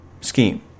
scheme